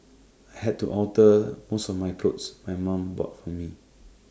I had to alter most of my clothes my mum bought for me